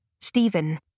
Stephen